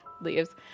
leaves